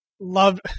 love